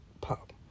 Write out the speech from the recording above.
pop